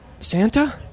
Santa